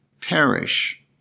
perish